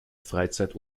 freizeit